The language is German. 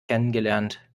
kennengelernt